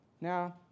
Now